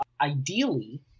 Ideally